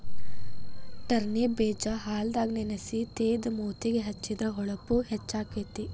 turnip ಬೇಜಾ ಹಾಲದಾಗ ನೆನಸಿ ತೇದ ಮೂತಿಗೆ ಹೆಚ್ಚಿದ್ರ ಹೊಳಪು ಹೆಚ್ಚಕೈತಿ